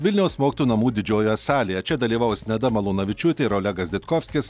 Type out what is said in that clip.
vilniaus mokytojų namų didžiojoje salėje čia dalyvaus neda malūnavičiūtė ir olegas ditkovskis